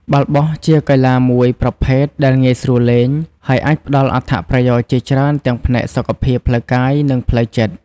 បាល់បោះជាកីឡាមួយប្រភេទដែលងាយស្រួលលេង ហើយអាចផ្តល់អត្ថប្រយោជន៍ជាច្រើនទាំងផ្នែកសុខភាពផ្លូវកាយ និងផ្លូវចិត្ត។